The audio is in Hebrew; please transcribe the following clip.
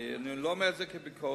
אני לא אומר את זה כביקורת.